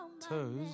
toes